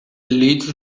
leeds